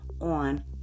on